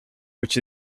which